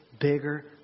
bigger